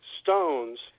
stones